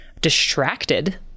distracted